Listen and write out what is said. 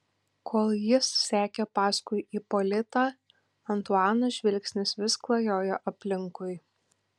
kol jis sekė paskui ipolitą antuano žvilgsnis vis klajojo aplinkui